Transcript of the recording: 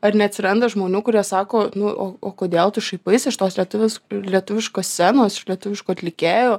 ar neatsiranda žmonių kurie sako nu o o kodėl tu šaipaisi iš tos lietuvius lietuviškos scenos iš lietuviškų atlikėjų